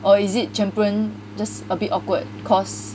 or is it 全部人 just a bit awkward cause